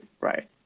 Right